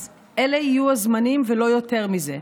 אלה יהיו הזמנים ולא יותר מזה.